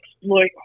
exploit